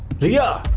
riya!